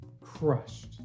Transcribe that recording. crushed